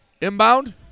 Inbound